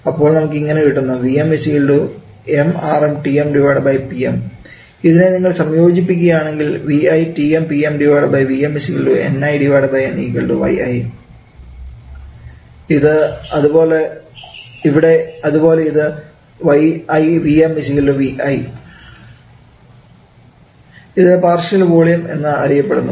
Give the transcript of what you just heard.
അപ്പോൾ നമുക്ക് ഇങ്ങനെ കിട്ടുന്നു ഇതിനെ നിങ്ങൾ സംയോജിപ്പിക്കുക യാണെങ്കിൽ ഇവിടെ അതുപോലെ ഇത് 𝑦𝑖 𝑉𝑚 𝑉𝑖 ഇത് പാർഷ്യൽ വോളിയം എന്ന് അറിയപ്പെടുന്നു